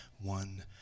one